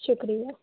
شُکرِیہ